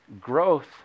growth